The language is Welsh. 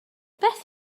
beth